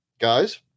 guys